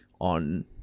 on